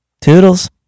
toodles